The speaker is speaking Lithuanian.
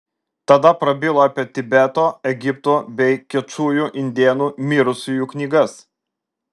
tada prabilo apie tibeto egipto bei kečujų indėnų mirusiųjų knygas